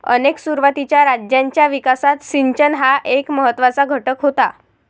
अनेक सुरुवातीच्या राज्यांच्या विकासात सिंचन हा एक महत्त्वाचा घटक होता